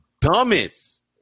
dumbest